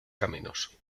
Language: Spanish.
caminos